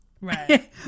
Right